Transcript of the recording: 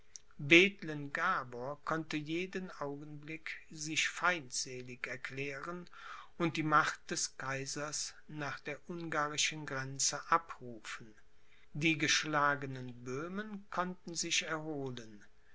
konnte jeden augenblick sich feindselig erklären und die macht des kaisers nach der ungarischen grenze abrufen die geschlagenen böhmen konnten sich erholen